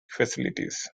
facilities